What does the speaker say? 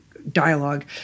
dialogue